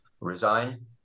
resign